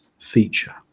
feature